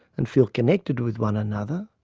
and feel connected with one another,